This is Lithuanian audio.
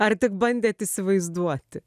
ar tik bandėt įsivaizduoti